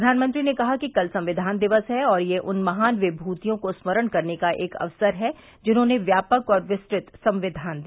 प्रधानमंत्री ने कहा कि कल संविधान दिवस है और यह उन महान विमूतियों को स्मरण करने का एक अक्सर है जिन्होंने व्यापक और विस्तुत संक्षिणन दिया